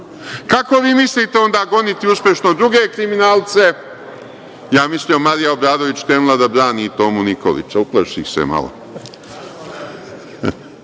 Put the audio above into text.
Kako vi mislite onda goniti uspešno druge kriminalce? Ja mislio Marija Obradović krenula da brani Tomu Nikolića, uplaših se malo. Kako